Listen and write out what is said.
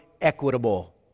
equitable